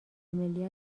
ملی